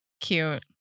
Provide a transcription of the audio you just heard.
Cute